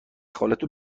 خالتو